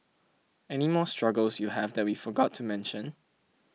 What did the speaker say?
any more struggles you have that we forgot to mention